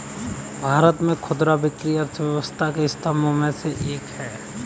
भारत में खुदरा बिक्री अर्थव्यवस्था के स्तंभों में से एक है